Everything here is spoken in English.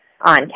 on